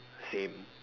same